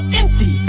empty